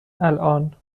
الان